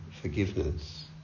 forgiveness